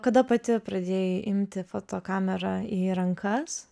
kada pati pradėjai imti fotokamerą į rankas